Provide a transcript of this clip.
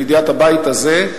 לידיעת הבית הזה,